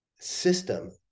system